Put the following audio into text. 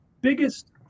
biggest